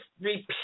repeat